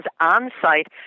on-site